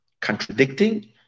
contradicting